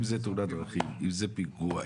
אם זה תאונת דרכים או אם זה פיגוע,